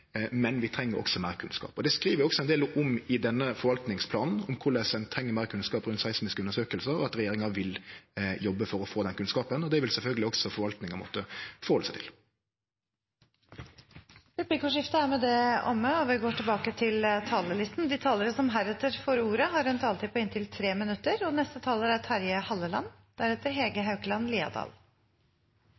men vi treng meir kunnskap. Det står også ein del i denne forvaltningsplanen om korleis ein treng meir kunnskap om seismiske undersøkingar, og at regjeringa vil jobbe for å få den kunnskapen. Det vil sjølvsagt også forvaltninga måtte ta omsyn til. Replikkordskiftet er omme. De talere som heretter får ordet, har en taletid på inntil 3 minutter. Som vestlending har jeg alltid bodd ved havet og